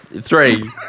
Three